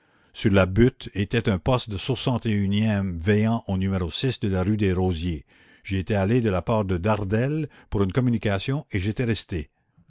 sur la butte était un poste du e veillant au n de la rue des rosiers j'y étais allée de la part de dardelle pour une communication et j'étais restée